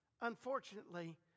unfortunately